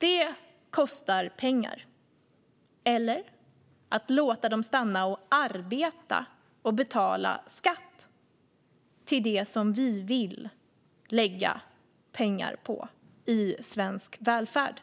vilket kostar pengar, eller att låta dem stanna och arbeta och betala skatt till det som vi vill lägga pengar på i svensk välfärd.